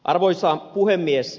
arvoisa puhemies